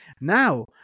Now